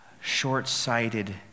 short-sighted